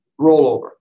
rollover